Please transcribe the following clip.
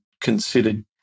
considered